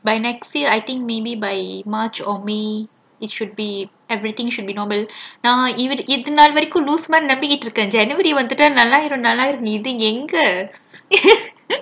by next year I think maybe by march or may it should be everything should be normal நான் இது நாள் வரைக்கும் லூசு மாதிரி நம்பிட்டு இருக்கேன் ஜனவரி வந்துட்டா இது நல்லாயிரும் நல்லாயிரும்னு இது எங்க:naan idhu naal varaikkum loosu maathiri nambittu irukkaen january vandhutta idhu nallayirum nallayirumnu idhu enga